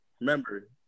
remember